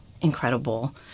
incredible